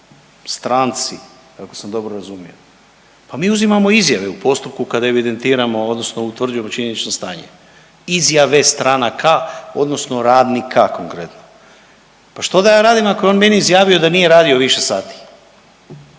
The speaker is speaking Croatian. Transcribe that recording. stranci, ako sam dobro razumio, pa mi uzimamo izjave u postupku kada evidentiramo odnosno utvrđujemo činjenično stanje, izjave stranaka odnosno radnika konkretno. Pa što da ja radim ako je on meni izjavio da nije radio više sati,